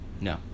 No